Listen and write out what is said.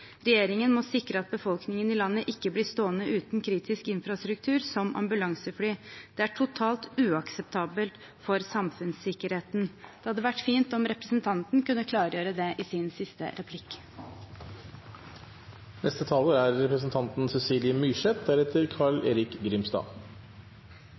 Regjeringen må sikre at befolkningen i landet ikke blir stående uten kritisk infrastruktur som ambulansefly. Det er totalt uakseptabelt for samfunnssikkerheten.» Det hadde vært fint om representanten kunne klargjøre det i sitt siste innlegg. Det er sikkert ikke en overraskelse at jeg nok en gang reagerer sterkt på det representanten